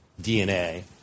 DNA